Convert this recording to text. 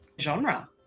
genre